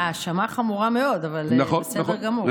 האשמה חמורה מאוד, אבל בסדר גמור.